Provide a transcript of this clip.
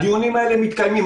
הדיונים האלה מתקיימים.